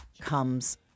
comes